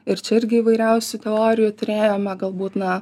ir čia irgi įvairiausių teorijų turėjome galbūt na